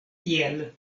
tiel